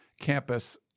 campus